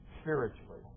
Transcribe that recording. spiritually